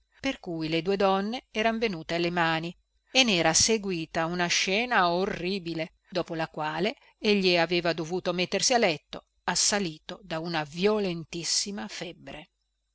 per cui le due donne eran venute alle mani e nera seguita una scena orribile dopo la quale egli aveva dovuto mettersi a letto assalito da una violentissima febbre